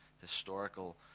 historical